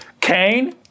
Kane